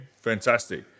fantastic